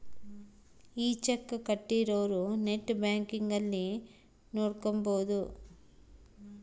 ಈ ಚೆಕ್ ಕೋಟ್ಟಿರೊರು net banking ಅಲ್ಲಿ ನೋಡ್ಕೊಬೊದು